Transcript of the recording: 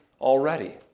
already